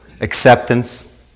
acceptance